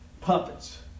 puppets